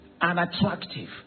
unattractive